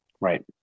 Right